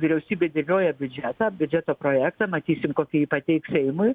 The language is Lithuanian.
vyriausybė dėlioja biudžetą biudžeto projektą matysim kokį jį pateiks seimui